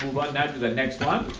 now to the next one.